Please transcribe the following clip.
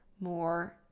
more